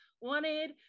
wanted